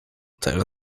tego